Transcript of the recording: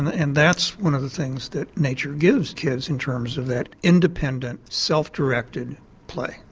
and that's one of the things that nature gives kids in terms of that independent, self-directed play,